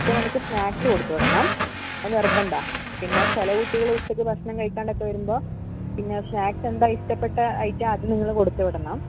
പത്ത് മണിക്ക് സ്നാക്ക്സ് കൊടുത്ത് വിടണം അത് നിർബന്ധം ആണ് പിന്നെ ചില കുട്ടികൾ ഉച്ചയ്ക്ക് ഭക്ഷണം കഴിക്കാണ്ടൊക്കെ വരുമ്പോൾ പിന്നെ സ്നാക്സ് എന്താണ് ഇഷ്ടപ്പെട്ട ഐറ്റം അത് നിങ്ങൾ കൊടുത്ത് വിടണം